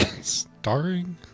Starring